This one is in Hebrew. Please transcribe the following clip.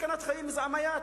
איזה סכנת חיים איזה עמייאת?